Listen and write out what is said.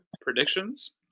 predictions